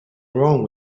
wrong